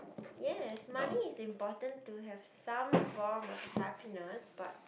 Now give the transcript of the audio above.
yes money is important to have some form of happiness but